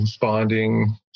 bonding